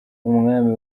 umwami